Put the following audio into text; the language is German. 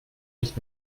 nicht